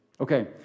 Okay